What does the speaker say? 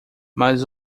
mas